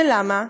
למה?